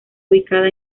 ubicada